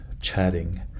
chatting